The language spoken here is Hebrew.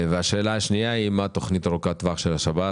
השאלה השנייה היא מה תוכנית ארוכת הטווח של שירות